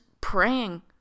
praying